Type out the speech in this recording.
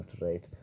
right